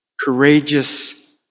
courageous